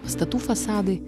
pastatų fasadai